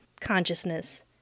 consciousness